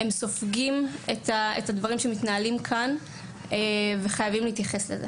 הם סופגים את זה ולכן חייבים לייחס לזה